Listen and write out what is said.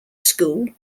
school